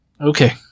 okay